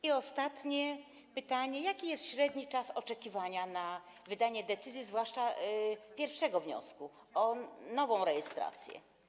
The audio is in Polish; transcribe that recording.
I ostatnie pytanie: Jaki jest średni czas oczekiwania na wydanie decyzji zwłaszcza w przypadku pierwszego wniosku, o nową rejestrację?